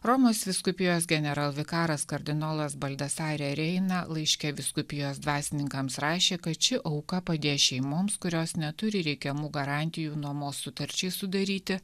romos vyskupijos generalvikaras kardinolas baldesare reina laiške vyskupijos dvasininkams rašė kad ši auka padės šeimoms kurios neturi reikiamų garantijų nuomos sutarčiai sudaryti